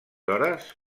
hores